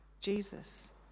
Jesus